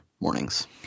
mornings